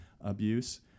abuse